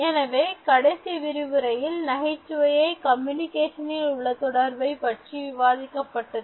எனவே கடைசி விரிவுரையில் நகைச்சுவையை கம்யூனிகேஷனில் உள்ள தொடர்பைப் பற்றி விவாதிக்கப்பட்டது